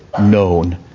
known